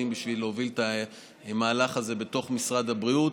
בשביל להוביל את המהלך הזה בתוך משרד הבריאות.